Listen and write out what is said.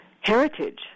heritage